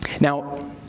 Now